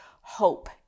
hope